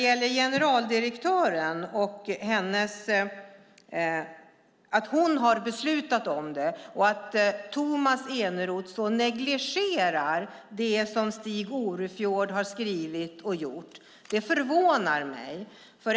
Generaldirektören har beslutat, och att Tomas Eneroth så negligerar det som Stig Orefjord har skrivit och gjort förvånar mig.